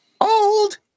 Old